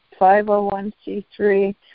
501c3